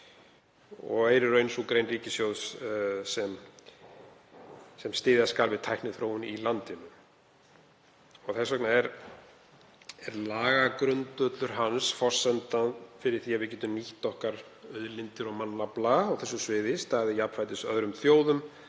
og er í raun sú grein ríkissjóðs sem styðja skal við tækniþróun í landinu. Þess vegna er lagagrundvöllur hans forsenda fyrir því að við getum nýtt auðlindir okkar og mannafla á þessu sviði, staðið jafnfætis öðrum þjóðum,